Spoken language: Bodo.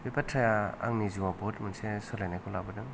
बे बाथ्राया आंनि जिउआव बहुथ मोनसे सोलायनायखौ लाबोदों